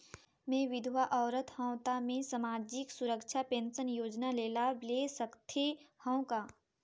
मैं विधवा औरत हवं त मै समाजिक सुरक्षा पेंशन योजना ले लाभ ले सकथे हव का?